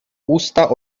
usta